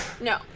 no